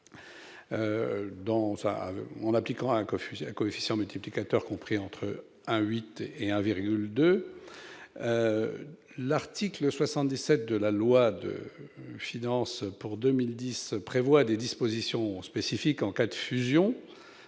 en appliquant un coefficient multiplicateur compris entre 0,8 et 1,2. L'article 77 de la loi de finances pour 2010 prévoit des dispositions spécifiques en cas de fusion